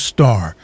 Star